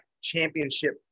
championship